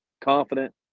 confident